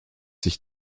sich